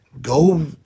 go